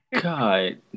God